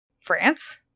france